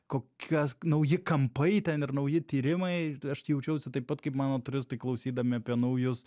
kokie nauji kampai ten ir nauji tyrimai ir aš jaučiausi taip pat kaip mano turistai klausydami apie naujus